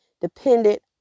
dependent